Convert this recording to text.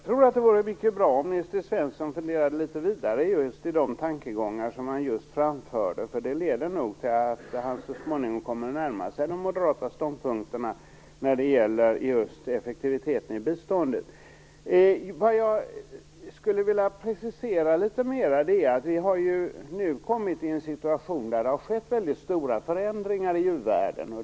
Herr talman! Jag tror att det vore bra om Nils T Svensson funderade vidare i de tankegångar som han just framförde. Det leder nog till att han så småningom kommer att närma sig de moderata ståndpunkterna när det gäller effektiviteten i biståndet. Det är en sak som jag skulle vilja ha litet mera preciserad. Vi har nu kommit i en situation där det har skett väldigt stora förändringar i u-världen.